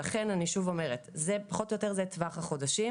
לכן אני שוב אומרת, פחות או יותר זה טווח החודשים.